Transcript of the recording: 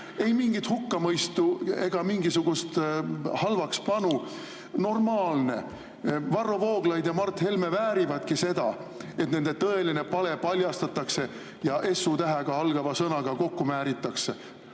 Ei mingit hukkamõistu ega mingisugust halvakspanu – normaalne! Varro Vooglaid ja Mart Helme väärivadki seda, et nende tõeline pale paljastatakse ja s-tähega algava sõnaga kokku määritakse